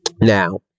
Now